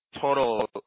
total